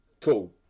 Cool